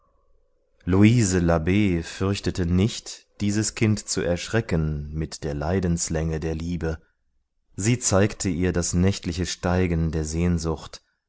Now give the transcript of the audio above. labb fürchtete nicht dieses kind zu erschrecken mit der leidenslänge der liebe sie zeigte ihr das nächtliche steigen der sehnsucht